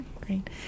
Great